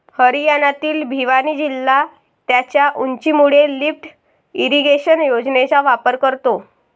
हरियाणातील भिवानी जिल्हा त्याच्या उंचीमुळे लिफ्ट इरिगेशन योजनेचा वापर करतो